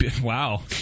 Wow